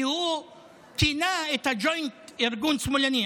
כי הוא כינה את הג'וינט ארגון שמאלני,